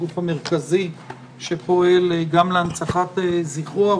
הגוף המרכזי שפועל גם להנצחת זכרו,